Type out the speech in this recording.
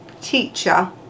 teacher